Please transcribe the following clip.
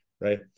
right